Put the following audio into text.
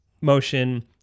motion